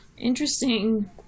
Interesting